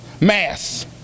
mass